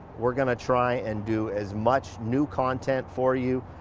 we're gonna try and do as much new content for you,